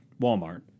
Walmart